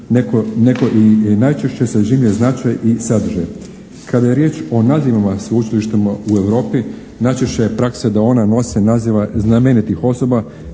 nego i najčešće sažime značaj i sadržaj. Kada je riječ o nazivima sveučilištima u Europi, najčešća je praksa da ona nose nazive znamenitih osoba